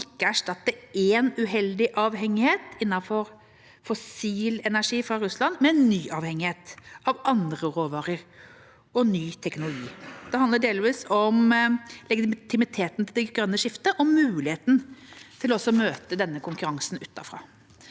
ikke å erstatte én uheldig avhengighet – innen fossil energi fra Russland – med ny avhengighet av andre råvarer og ny teknologi. Det handler delvis om legitimiteten til det grønne skiftet og muligheten til å møte denne konkurransen utenfra.